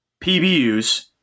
PBUs